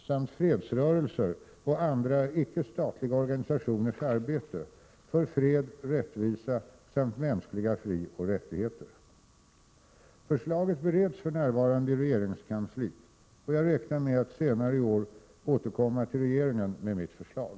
samt Fredsrörelser och andra icke-statliga organisationers arbete för fred, rättvisa samt mänskliga frioch rättigheter.” Förslaget bereds för närvarande i regeringskansliet, och jag räknar med att senare i år återkomma till regeringen med mitt förslag.